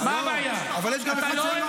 מה הבעיה’ אתה לא אוהב את זה?